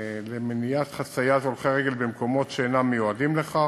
למניעת חציית הולכי רגל במקומות שאינם מיועדים לכך.